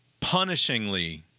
punishingly